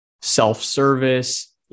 self-service